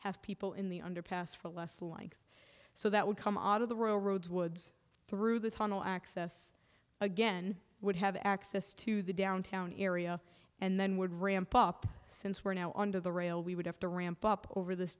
have people in the underpass for less like so that would come out of the roads woods through the tunnel access again would have access to the downtown area and then would ramp up since we're now on to the rail we would have to ramp up over this